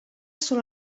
sol